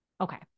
Okay